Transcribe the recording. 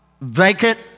vacant